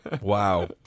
Wow